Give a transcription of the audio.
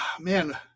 man